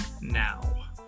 now